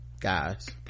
guys